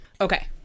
Okay